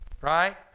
right